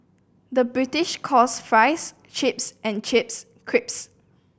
the British calls fries chips and chips creeps